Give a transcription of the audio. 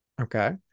Okay